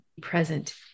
Present